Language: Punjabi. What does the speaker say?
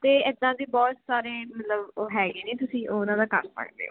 ਅਤੇ ਇੱਦਾਂ ਦੇ ਬਹੁਤ ਸਾਰੇ ਮਤਲਬ ਉਹ ਹੈਗੇ ਨੇ ਤੁਸੀਂ ਉਹਨਾਂ ਦਾ ਕਰ ਸਕਦੇ ਹੋ